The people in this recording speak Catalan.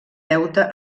deute